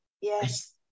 yes